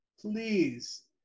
please